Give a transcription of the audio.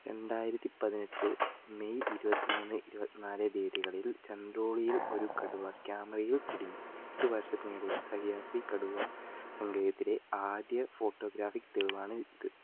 രണ്ടായിരത്തി പതിനെട്ട് മെയ് ഇരുപത്തി മൂന്ന് ഇരുപത്തി നാല് തീയതികളിൽ ചന്ദ്രോളിയിൽ ഒരു കടുവ ക്യാമറയിൽ കുടുങ്ങി എട്ട് വർഷത്തിനിടയിൽ സഹ്യാദ്രി കടുവാ സങ്കേതത്തിലെ ആദ്യ ഫോട്ടോഗ്രാഫിക് തെളിവാണിത്